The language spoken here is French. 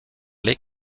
les